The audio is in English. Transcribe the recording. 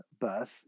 birth